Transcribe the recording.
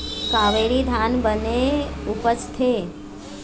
कावेरी धान बने उपजथे?